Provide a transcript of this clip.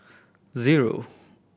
zero